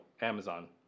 Amazon